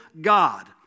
God